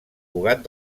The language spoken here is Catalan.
cugat